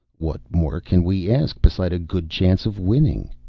what more can we ask, beside a good chance of winning?